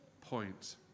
point